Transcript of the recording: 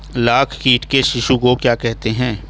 लाख कीट के शिशु को क्या कहते हैं?